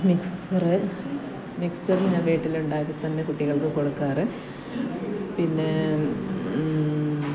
mixture mixture ഞാൻ വീട്ടിലുണ്ടാക്കി തന്നെ കുട്ടികൾക്ക് കൊടുക്കാറ് പിന്നെ